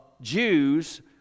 Jews